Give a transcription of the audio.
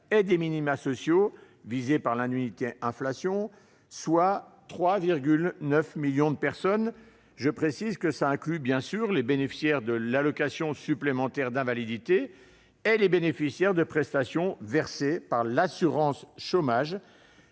et des minima sociaux visés par l'indemnité inflation, soit 3,9 millions de personnes, ce qui inclut les bénéficiaires de l'allocation supplémentaire d'invalidité, ceux de prestations versées par l'assurance chômage,